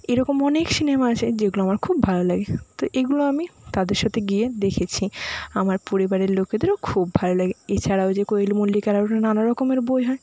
এরকম অনেক সিনেমা আছে যেগুলো আমার খুব ভালো লাগে তো এগুলো আমি তাদের সাথে গিয়ে দেখেছি আমার পরিবারের লোকেদেরও খুব ভালো লাগে এছাড়াও যে কোয়েল মল্লিকের আরো নানা রকমের বই হয়